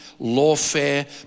lawfare